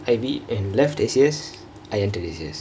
I_B and left A_C_S I entered A_C_S